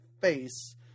face